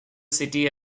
city